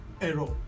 error